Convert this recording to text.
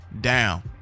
down